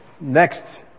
next